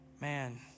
man